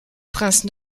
princes